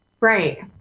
Right